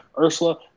Ursula